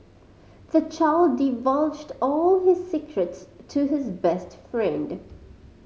the child divulged all his secrets to his best friend